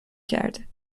کرده